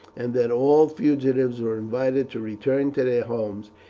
and that all fugitives were invited to return to their homes,